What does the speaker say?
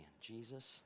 Jesus